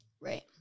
Right